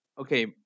okay